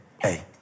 hey